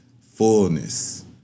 fullness